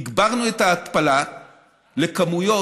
והגברנו את ההתפלה לכמויות,